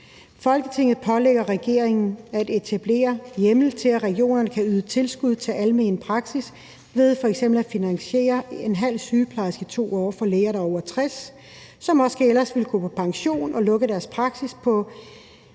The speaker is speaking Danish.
Folketinget pålægger regeringen at etablere hjemmel til, at regioner kan yde tilskud til almene praksisser ved f.eks. at finansiere ½ sygeplejerske i 2 år for læger, der er over 60 år, som måske ellers ville gå på pension og lukke deres praksis,